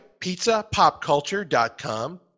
Pizzapopculture.com